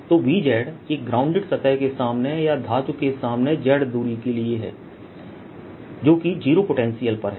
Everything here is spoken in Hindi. तो V एक ग्राउंडेड सतह के सामने या धातु के सामने Z दूरी के लिए है जोकि जीरो पोटेंशियल पर है